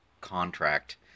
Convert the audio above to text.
contract